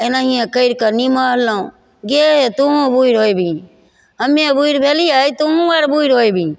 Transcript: एनहिये करिकऽ निमहलहुँ गे तुहू बुढ़ होइबही हमे बुढ़ भेलियै तुहू आर बुढ़ होइबही